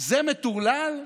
זה מטורלל?